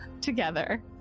together